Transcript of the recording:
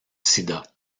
sida